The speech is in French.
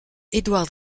edward